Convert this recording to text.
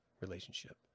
relationship